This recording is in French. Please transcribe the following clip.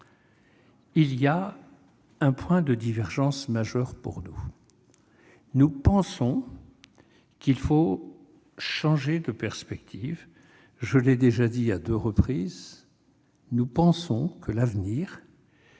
il reste un point de divergence majeur pour nous. Nous pensons qu'il faut changer de perspective. Je l'ai déjà dit à deux reprises, pour nous, l'avenir,